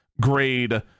grade